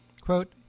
Quote